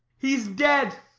he's dead,